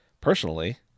personally